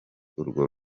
urwo